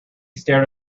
stared